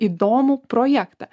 įdomų projektą